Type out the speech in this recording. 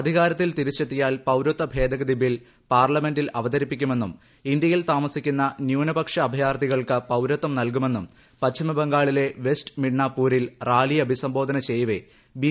അധികാരത്തിൽ തിരിച്ചെത്തിയാൽ പൌരത്വ ഭേദഗതി ബിൽ പാർലമെന്റിൽ അവതരിപ്പിക്കുമെന്നും ഇന്ത്യയിൽ താമസിക്കുന്ന ന്യൂനപക്ഷ അഭയാർത്ഥികൾക്ക് പൌരത്യം നൂർക്കുമെന്നും പശ്ചിമബംഗാളിലെ വെസ്റ്മിഡ്നാപൂരിൽ റാലിയെ അഭിസംബോധന ചെയ്യവേ ബി